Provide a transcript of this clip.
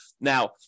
Now